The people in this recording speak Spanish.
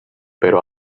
pero